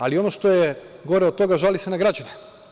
Ali, ono što je gore od toga, žali se na građane.